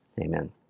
Amen